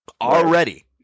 already